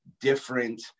different